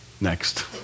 Next